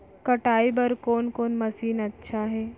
कटाई बर कोन कोन मशीन अच्छा हे?